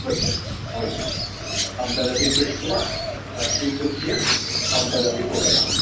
अवश्यम् अवश्यम् अहं तदपि पृष्ट्वा स्वीकृत्य अहं तदपि पूरयामि